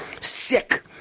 Sick